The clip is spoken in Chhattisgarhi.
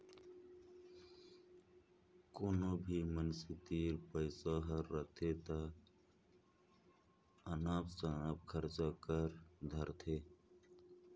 कोनो भी मइनसे तीर पइसा हर रहथे ता अनाप सनाप खरचा कइर धारथें